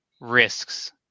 risks